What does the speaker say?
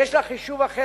שיש לה חישוב אחר,